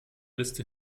liste